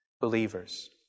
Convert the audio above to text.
believers